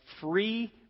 free